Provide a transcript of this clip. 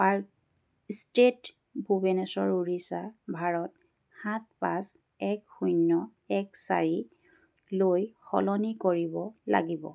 park street Bhubaneswar Odisha Bharat সাত পাঁচ এক শূন্য এক চাৰিলৈ সলনি কৰিব লাগিব